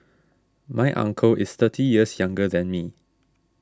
my uncle is thirty years younger than me